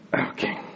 Okay